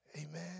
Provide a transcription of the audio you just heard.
Amen